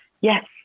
yes